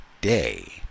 day